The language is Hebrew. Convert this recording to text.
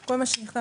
כל מה שנכנס,